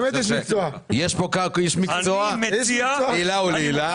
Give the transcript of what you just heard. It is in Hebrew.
יש כאן איש מקצוע לעילא ולעילא.